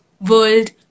world